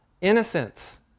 innocence